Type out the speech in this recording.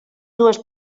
dues